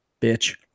bitch